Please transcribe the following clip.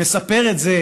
אני מספר את זה